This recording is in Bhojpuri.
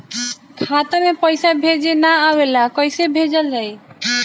खाता में पईसा भेजे ना आवेला कईसे भेजल जाई?